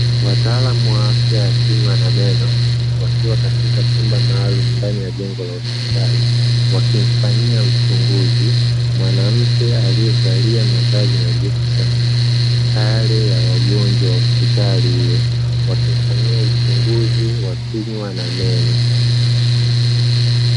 Wataalam wa afya ya kinywa na meno wakiwa katika chumba maalum ndani ya jengo la hospitali, wakimfanyia uchunguzi mwanamke aliyevalia mavazi nadhifu sana, sare ya wagonjwa wa hospitali hiyo wakimfanyia uchunguzi wa kinywa na meno.